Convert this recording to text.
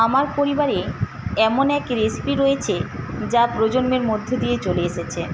আমার পরিবারে এমন এক রেসিপি রয়েছে যা প্রজন্মের মধ্যে দিয়ে চলে এসেছে